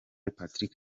patrick